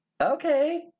Okay